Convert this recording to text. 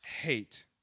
hate